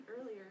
earlier